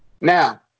Now